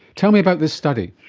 tell me about this study.